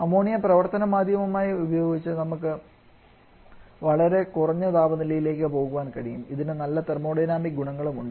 ammonia പ്രവർത്തന മാധ്യമമായി ഉപയോഗിച്ച് നമുക്ക് വളരെ കുറഞ്ഞ താപനിലയിലേക്ക് പോകാൻ കഴിയും ഇതിന് നല്ല തെർമോഡൈനാമിക് ഗുണങ്ങളും ഉണ്ട്